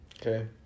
Okay